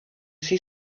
see